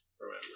remember